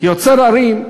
יוצר הרים,